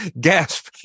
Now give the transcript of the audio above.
gasp